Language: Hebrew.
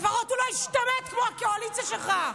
לפחות הוא לא השתמט כמו הקואליציה שלך.